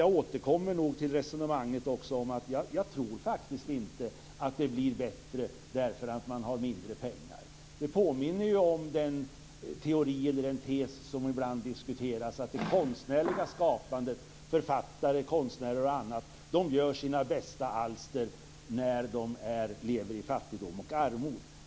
Jag återkommer till att jag faktiskt inte tror att det blir bättre därför att man har mindre pengar. Det påminner ju om den tes som ibland diskuteras, att författare, konstnärer och andra gör sina bästa alster när de lever i fattigdom och armod.